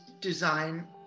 design